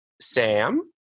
Sam